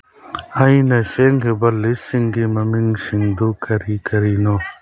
ꯑꯩꯅ ꯁꯦꯝꯈꯤꯕ ꯂꯤꯁꯁꯤꯡꯒꯤ ꯃꯃꯤꯡꯁꯤꯡꯗꯨ ꯀꯔꯤ ꯀꯔꯤꯅꯣ